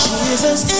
Jesus